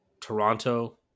Toronto